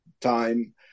time